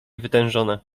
wytężone